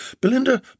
Belinda